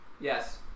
Yes